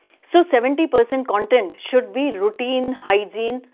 so seventy percent content should be routine, hygiene,